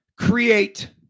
create